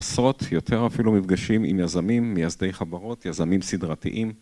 עשרות, יותר אפילו, מפגשים עם יזמים, מייסדי חברות, יזמים סדרתיים.